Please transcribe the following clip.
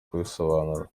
kubisobanura